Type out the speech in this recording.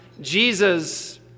Jesus